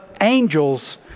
angels